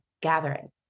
gathering